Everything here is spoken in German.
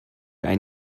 ein